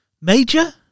major